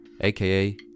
aka